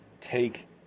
take